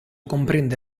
comprende